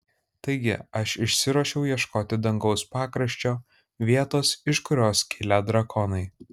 taigi aš išsiruošiau ieškoti dangaus pakraščio vietos iš kurios kilę drakonai